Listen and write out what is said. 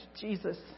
Jesus